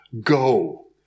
go